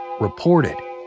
reported